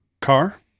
car